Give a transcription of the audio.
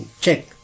check